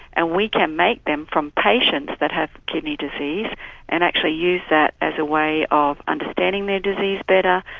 and we can make them from patients that have kidney disease and actually use that as a way of understanding their disease better,